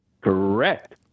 Correct